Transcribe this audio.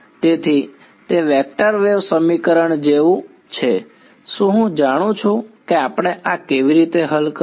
તેથી તે vector wave સમીકરણ જેવું છે શું હું જાણું છું કે આપણે આ કેવી રીતે હલ કરવું